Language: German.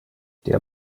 der